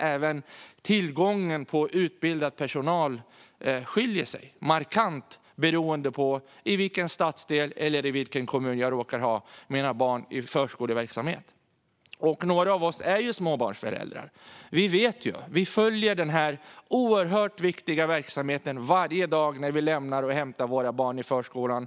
Även tillgången till utbildad personal skiljer sig markant beroende på i vilken stadsdel eller kommun jag råkar ha mina barn i förskoleverksamhet. Några av oss är småbarnsföräldrar, och vi följer denna oerhört viktiga verksamhet varje dag när vi lämnar och hämtar våra barn i förskolan.